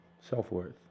self-worth